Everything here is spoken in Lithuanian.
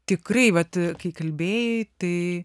tikrai vat kai kalbėjai tai